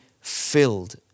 filled